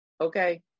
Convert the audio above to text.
okay